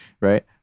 right